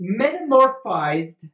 metamorphized